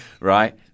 Right